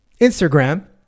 Instagram